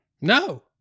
No